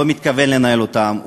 לא מתכוון לנהל אותם,